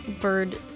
bird